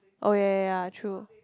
oh ya ya ya true